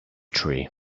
tree